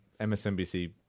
MSNBC